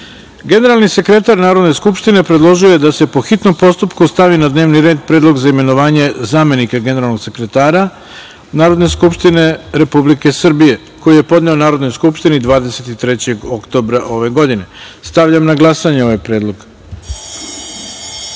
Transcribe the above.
predlog. Generalni sekretar Narodne skupštine predložio je da se po hitnom postupku stavi na dnevni red predlog za imenovanje zamenika generalnog sekretara Narodne skupštine Republike Srbije, koji je podneo Narodnoj skupštini 23. oktobra 2020. godine. Stavljam na glasanje ovaj